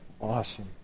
Awesome